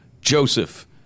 Joseph